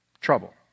trouble